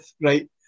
right